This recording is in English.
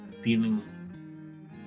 feeling